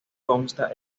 consta